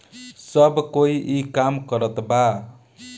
सब कोई ई काम करत बा